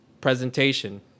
presentation